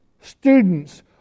students